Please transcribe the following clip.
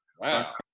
Wow